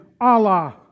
Allah